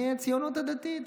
הציונות הדתית,